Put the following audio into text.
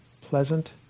pleasant